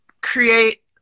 create